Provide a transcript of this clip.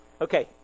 Okay